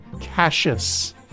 Cassius